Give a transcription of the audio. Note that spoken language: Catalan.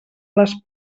les